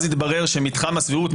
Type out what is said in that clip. אז התברר שמתחם הסבירות,